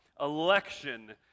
election